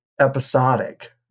episodic